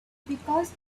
because